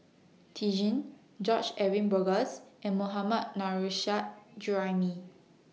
Lee Tjin George Edwin Bogaars and Mohammad Nurrasyid Juraimi